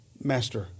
Master